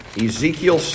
Ezekiel